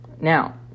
Now